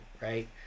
right